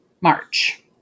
March